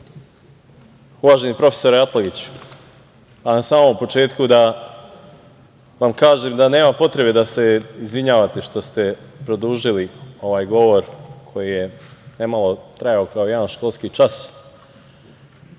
uvaženi profesore Atlagiću, na samom početku da vam kažem da nema potrebe da se izvinjavate što ste produžili ovaj govor koji je trajao kao jedan školski čas.